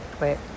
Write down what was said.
Wait